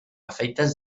efectes